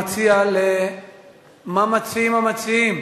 מה מציעים המציעים?